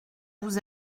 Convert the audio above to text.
vous